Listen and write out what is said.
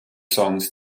songs